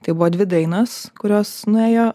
tai buvo dvi dainos kurios nuėjo